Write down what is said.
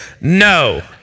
No